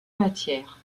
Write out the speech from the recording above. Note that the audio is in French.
matière